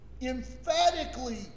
emphatically